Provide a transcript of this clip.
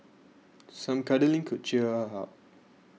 some cuddling could cheer her up